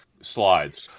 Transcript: slides